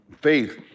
faith